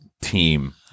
team